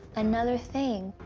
another thing,